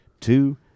two